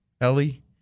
Ellie